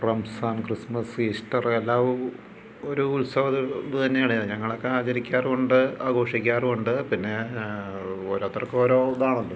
Ramzan Christmas Easter എല്ലാം ഒരു ഉത്സവം ഇത് തന്നെയാണ് ഞങ്ങളക്കെ ആചരിക്കാറുമുണ്ട് ആഘോഷിക്കറുമുണ്ട് പിന്നെ ഓരോരുത്തർക്ക് ഓരോ ഇതാണല്ലോ